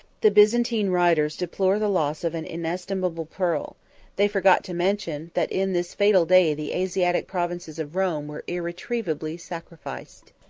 the byzantine writers deplore the loss of an inestimable pearl they forgot to mention, that in this fatal day the asiatic provinces of rome were irretrievably sacrificed.